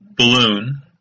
balloon